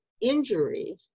injury